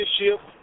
leadership